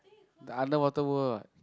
the underwater world what